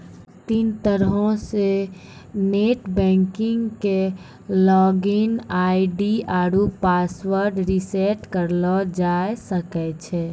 तीन तरहो से नेट बैंकिग के लागिन आई.डी आरु पासवर्ड रिसेट करलो जाय सकै छै